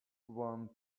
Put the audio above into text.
one